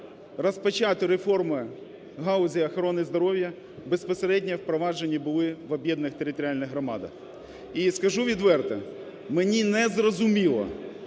розпочато реформи в галузях охорони здоров'я безпосередньо впроваджені були в об'єднаних територіальних громадах. І скажу відверто, мені не зрозуміло,